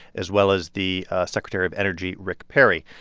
as well as the secretary of energy, rick perry.